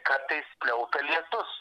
kartais pliaupia lietus